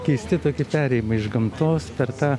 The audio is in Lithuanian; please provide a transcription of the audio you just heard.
keisti tokie perėjimai iš gamtos per tą